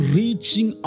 reaching